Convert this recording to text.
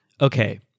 Okay